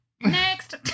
Next